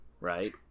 right